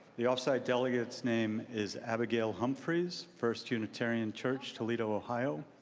the off-site delegate's name is abigail humphries, first unitarian church, toledo, ohio.